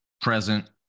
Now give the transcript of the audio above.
present